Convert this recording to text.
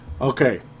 Okay